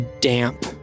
damp